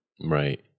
Right